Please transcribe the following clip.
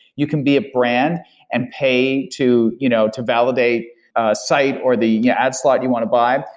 you can be a brand and pay to you know to validate site or the yeah ad slot you want to buy.